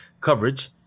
coverage